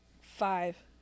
Five